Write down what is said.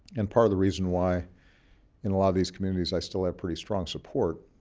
and part of the reason why in a lot of these communities i still have pretty strong support.